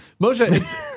Moshe